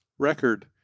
record